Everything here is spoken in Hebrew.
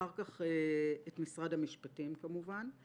ואחר כך את משרד המשפטים כמובן,